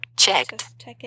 Checked